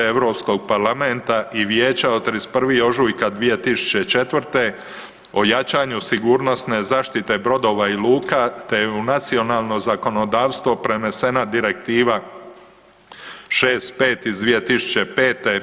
Europskog parlamenta i vijeća od 31. ožujka 2004. o jačanju sigurnosne zaštite brodova i luka te je u nacionalno zakonodavstvo prenesena Direktiva 65 iz 2005.